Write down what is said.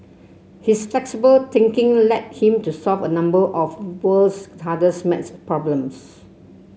his flexible thinking led him to solve a number of world's hardest maths problems